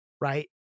right